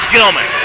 Gilman